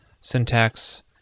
syntax